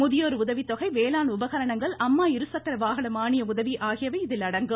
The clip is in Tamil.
முதியோர் உதவித்தொகை வேளாண் உபகரணங்கள் அம்மா இருசக்கர வாகன மானிய உதவி ஆகியவை இதில் அடங்கும்